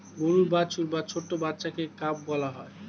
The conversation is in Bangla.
গরুর বাছুর বা ছোট্ট বাচ্ছাকে কাফ বলা হয়